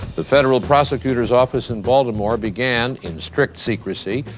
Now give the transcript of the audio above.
the federal prosecutor's office in baltimore began, in strict secrecy,